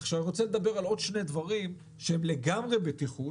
עכשיו אני רוצה לדבר על עוד שני דברים שהם לגמרי בטיחות